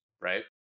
right